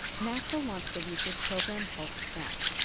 nasa launched a research program called snap.